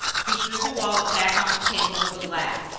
he threw the wallet back on the table with a laugh.